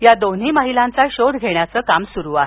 या दोन्ही महिलांचा शोध घेण्याचे काम सुरू आहे